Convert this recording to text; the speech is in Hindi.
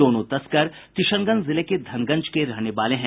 दोनों तस्कर किशनगंज जिले के धनगंज के रहने वाले हैं